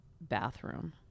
bathroom